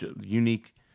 unique